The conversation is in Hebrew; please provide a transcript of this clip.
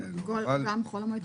גם חול המועד סוכות.